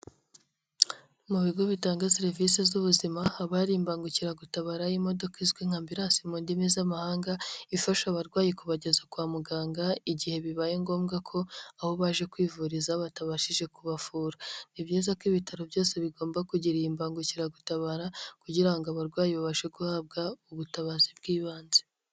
Mu bigo bitanga serivisi z'ubuzima haba hari imbangukiragutabara y'imodoka izwi nka Ambilansi mu ndimi z'amahanga, ifasha abarwayi kubageza kwa muganga, igihe bibaye ngombwa ko aho baje kwivuriza batabashije kubavura. Ni ibyiza ko ibitaro byose bigomba kugira iyi mbangukiragutabara kugira ngo abarwayi babashe guhabwa ubutabazi bw'ibanze.